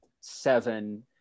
seven